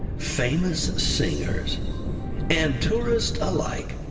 famous singers and tourists alike.